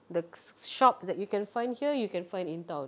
the shops that you can find here you can find in town